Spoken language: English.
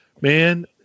man